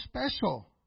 special